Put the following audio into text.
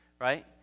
Right